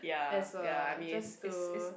as well just to